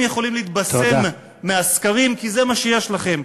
אתם יכולים להתבשם מהסקרים, כי זה מה שיש לכם,